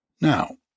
Now